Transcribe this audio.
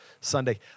Sunday